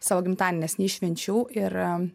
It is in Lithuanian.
savo gimtadienį nesenai švenčiau ir